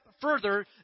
further